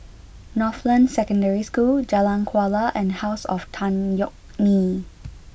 Northland Secondary School Jalan Kuala and House of Tan Yeok Nee